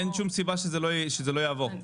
אין שום סיבה שזה לא יעבור.